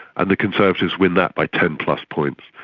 and the conservatives win that by ten plus points.